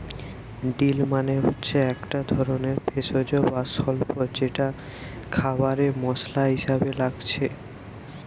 deal মানে হচ্ছে একটা ধরণের ভেষজ বা স্বল্প যেটা খাবারে মসলা হিসাবে লাগছে